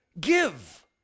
give